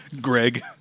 Greg